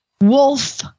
Wolf